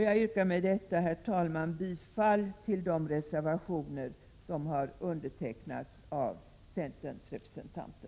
Jag yrkar med detta, herr talman, bifall till de reservationer som har undertecknats av centerns representanter.